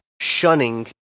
shunning